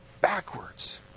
Backwards